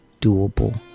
doable